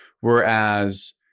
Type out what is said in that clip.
whereas